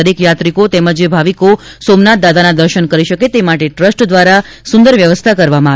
દરેક યાત્રીકો તેમજ ભાવિકો સોમનાથ દાદાના દર્શન કરી શકે તે માટે ટ્રસ્ટ દ્વારા સુંદર વ્યવસ્થા કરવામાં આવી છે